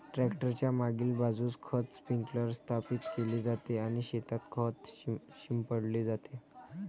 tractor च्या मागील बाजूस खत स्प्रिंकलर स्थापित केले जाते आणि शेतात खत शिंपडले जाते